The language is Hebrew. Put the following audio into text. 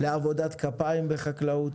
לעבודת כפיים בחקלאות,